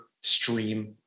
stream